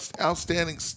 outstanding